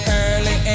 early